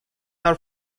are